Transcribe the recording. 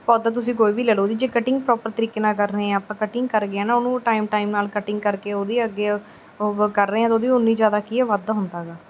ਪੌਦਾ ਤੁਸੀਂ ਕੋਈ ਵੀ ਲੈ ਲਓ ਉਹਦੀ ਜੇ ਕਟਿੰਗ ਪ੍ਰੋਪਰ ਤਰੀਕੇ ਨਾਲ ਕਰਨੀ ਆ ਆਪਾਂ ਕਟਿੰਗ ਕਰ ਗਏ ਆ ਨਾ ਉਹਨੂੰ ਟਾਈਮ ਟਾਈਮ ਨਾਲ ਕਟਿੰਗ ਕਰਕੇ ਉਹਦੇ ਅੱਗੇ ਅ ਉਹ ਕਰ ਰਹੇ ਹਾਂ ਤਾਂ ਉਹਦੀ ਓਨੀ ਜ਼ਿਆਦਾ ਕੀ ਆ ਵੱਧ ਹੁੰਦਾ ਹੈਗਾ